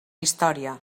història